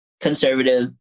conservative